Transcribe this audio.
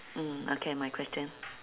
mm okay my question